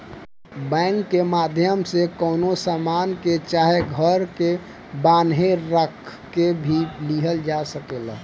bank के माध्यम से कवनो सामान के चाहे घर के बांहे राख के भी लिहल जा सकेला